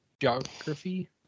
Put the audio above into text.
geography